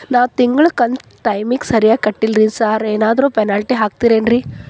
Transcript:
ನಾನು ತಿಂಗ್ಳ ಕಂತ್ ಟೈಮಿಗ್ ಸರಿಗೆ ಕಟ್ಟಿಲ್ರಿ ಸಾರ್ ಏನಾದ್ರು ಪೆನಾಲ್ಟಿ ಹಾಕ್ತಿರೆನ್ರಿ?